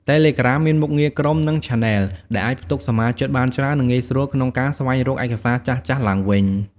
តេឡេក្រាម មានមុខងារក្រុម និង ឆាណែល ដែលអាចផ្ទុកសមាជិកបានច្រើន និងងាយស្រួលក្នុងការស្វែងរកឯកសារចាស់ៗឡើងវិញ។